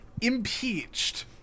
impeached